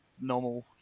normal